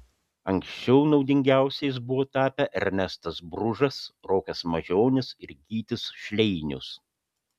anksčiau naudingiausiais buvo tapę ernestas bružas rokas mažionis ir gytis šleinius